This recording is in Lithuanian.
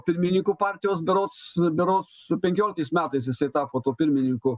pirmininku partijos berods berods penkioliktais metais jisai tapo tuo pirmininku